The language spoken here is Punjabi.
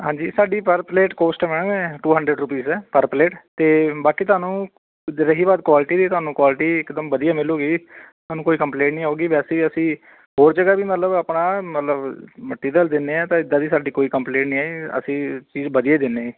ਹਾਂਜੀ ਸਾਡੀ per plate cost ma'am two hundred rupees ਹੈ ਪਰ ਪਲੇਟ ਅਤੇ ਬਾਕੀ ਤੁਹਾਨੂੰ ਰਹੀ ਬਾਤ ਕੁਆਲਿਟੀ ਦੀ ਤੁਹਾਨੂੰ ਕੁਆਲਿਟੀ ਇਕਦਮ ਵਧੀਆ ਮਿਲੂਗੀ ਤੁਹਾਨੂੰ ਕੋਈ ਕੰਪਲੇਂਟ ਨਹੀਂ ਆਉਗੀ ਵੈਸੇ ਅਸੀਂ ਹੋਰ ਜਗ੍ਹਾ ਵੀ ਮਤਲਬ ਆਪਣਾ ਮਤਲਬ ਮਟੀਰੀਅਲ ਦਿੰਦੇ ਹਾਂ ਤਾਂ ਇੱਦਾਂ ਦੀ ਸਾਡੀ ਕੋਈ ਕੰਪਲੇਂਟ ਨਹੀਂ ਹੈ ਜੀ ਅਸੀਂ ਚੀਜ਼ ਵਧੀਆ ਹੀ ਦਿੰਦੇ